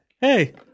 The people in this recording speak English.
Hey